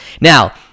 Now